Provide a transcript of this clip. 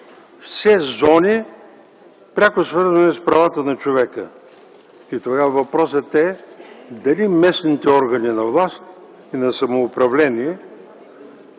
все зони, пряко свързани с правата на човека. И тогава въпросът е дали местните органи на власт и на самоуправление